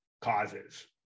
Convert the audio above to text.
causes